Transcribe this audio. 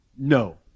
No